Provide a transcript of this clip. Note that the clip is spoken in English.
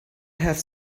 have